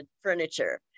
furniture